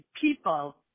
people